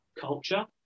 culture